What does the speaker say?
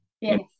Yes